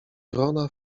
wrona